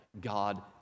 God